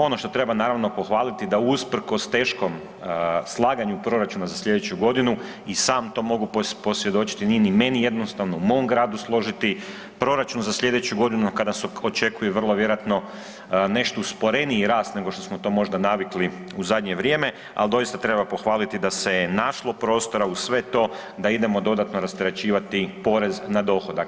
Ono što treba, naravno, pohvaliti da usprkos teškom slaganju proračuna za sljedeću godinu i sam to mogu posvjedočiti, nije ni meni jednostavno u mom gradu složiti proračun za sljedeću godinu, kada se očekuje vrlo vjerojatno nešto usporeniji rast nego što smo to možda navikli u zadnje vrijeme, ali doista treba pohvaliti da se je našlo prostora uz sve to, da idemo dodatno rasterećivati porez na dohodak.